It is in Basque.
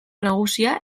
nagusia